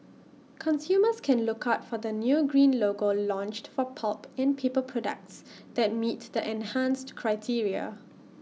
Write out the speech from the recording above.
consumers can look out for the new green logo launched for pulp and paper products that meet the enhanced criteria